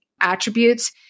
attributes